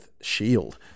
shield